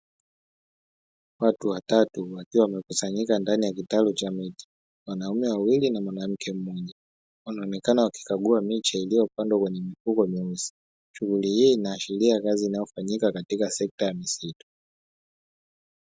Watu watatu wakiwa wamekusanyika ndani ya kitalu cha miti wanaume wawili na mwanamke moja wanonekana wakikagua miche iliyopandwa kwenye vifuko vyeusi, shughuli hii inaashiria inayofanyika katika sekta ya misitu.